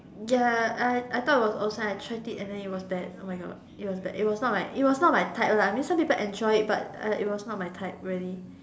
ya I I thought it was awesome I tried it and then it was bad oh my god it was bad it was it was not my type right I mean some people enjoy it but it was not my type really